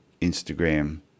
Instagram